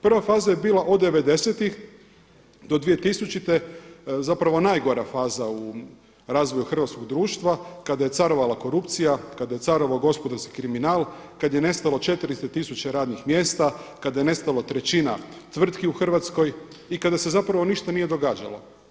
Prva faza je bila od devedesetih do 2000. zapravo najgora faza u razvoju hrvatskog društva kada je carovala korupcija, kada je carovao gospodarski kriminal, kada je nestalo 400 tisuća radnih mjesta, kada je nestalo trećina tvrtki u Hrvatskoj i kada se zapravo ništa nije događalo.